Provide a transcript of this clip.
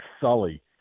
Sully